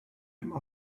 him